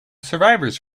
survivors